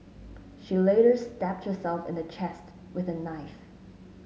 she later stabbed herself in the chest with a knife